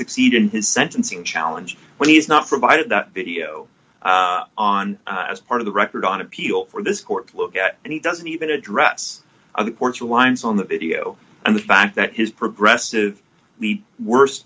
succeed in his sentencing challenge when he's not provided that video on as part of the record on appeal for this court look at and he doesn't even address the court's reliance on the video and the fact that his progressive the wors